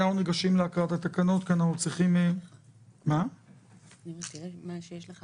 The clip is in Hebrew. אנחנו ניגשים להקראת התקנות כי אנחנו צריכים --- יש פה